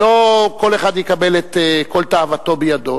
לא כל אחד יצא וכל תאוותו בידו.